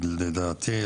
לדעתי,